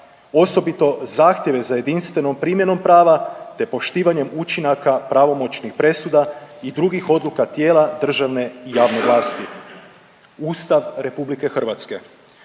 osobito zahtjeve za jedinstvenom primjenom prava te poštivanjem učinaka pravomoćnih presuda i drugih odluka tijela državne i javne vlasti. Ustav RH propisao